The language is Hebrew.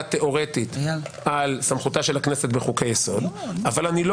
תיאורטית על סמכותה של הכנסת בחוקי יסוד אבל אני לא